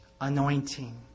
anointing